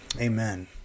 amen